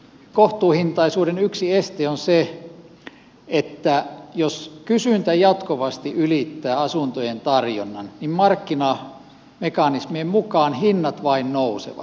kohtuuhintaisuuden yksi este on se että jos kysyntä jatkuvasti ylittää asuntojen tarjonnan niin markkinamekanismien mukaan hinnat vain nousevat